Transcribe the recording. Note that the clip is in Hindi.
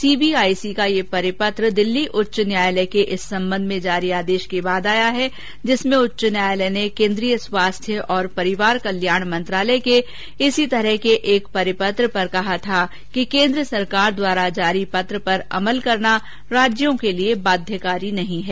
सीबीआईसी का यह परिपत्र दिल्ली उच्च न्यायालय के इस संबंध में जारी आदेश के बाद आयाहै जिसमें उच्च न्यायालय ने केन्द्रीय स्वास्थ्य और परिवार कल्याण मंत्रालय के इसी तरह के एक परिपत्र पर कहा था कि केन्द्र सरकार द्वारा जारी पत्र पर अमल करना राज्यों के लिए बाध्यकारी नहीं है